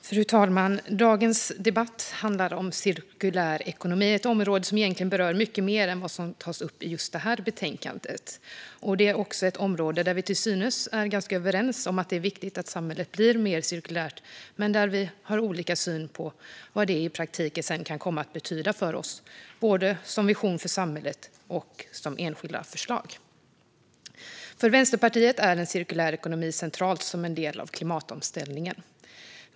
Fru talman! Dagens debatt handlar om cirkulär ekonomi - ett område som egentligen berör mycket mer än vad som tas upp i just det här betänkandet. Det är också ett område där vi till synes är ganska överens om att det är viktigt att samhället blir mer cirkulärt men där vi har olika syn på vad det sedan i praktiken kan komma att betyda för oss både som vision för samhället och som enskilda förslag. För Vänsterpartiet är en cirkulär ekonomi central som en del av klimatomställningen.